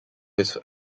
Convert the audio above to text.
his